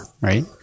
right